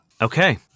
Okay